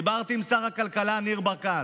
דיברתי עם שר הכלכלה ניר ברקת,